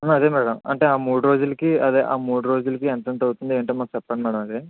అదే మేడం అంటే ఆ మూడు రోజులకి అదే ఆ మూడు రోజులకి ఎంతెంత అవుతుంది ఏంటో మాకు చెప్పండి మేడం అది